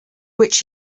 which